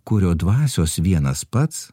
kurio dvasios vienas pats